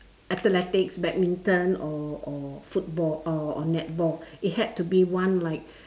athletics badminton or or football or or netball it had to be one like